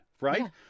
right